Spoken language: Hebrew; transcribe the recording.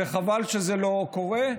וחבל שזה לא קורה.